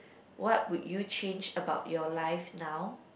what would you change about your life now